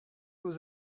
aux